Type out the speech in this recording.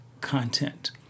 content